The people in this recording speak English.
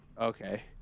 okay